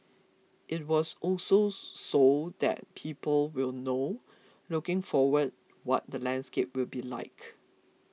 it was also so that people will know looking forward what the landscape will be like